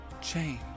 change